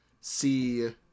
see